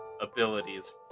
abilities